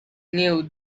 knew